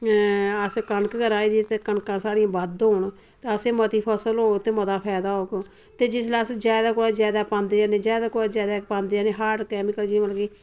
सब्जी जेह्ड़ी चीजां स्हाड़ियां जेह्ड़ियां अस कनक के राही दी ते कनकां स्हाड़ियां बद्ध होन ते असें मती फसल होग ते मता फैदा होग ते जिसलै अस ज्यादा कोला ज्यादा पांदे जन्ने ज्यादा कोला ज्यादा पांदे जन्ने हार्ड कैमिकल होन जे